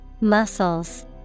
Muscles